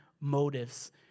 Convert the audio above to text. motives